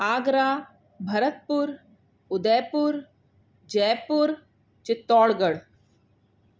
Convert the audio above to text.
Agra Bharatpur Udaipur Jaipur Chittorgarh